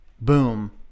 Boom